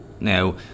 Now